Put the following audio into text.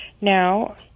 Now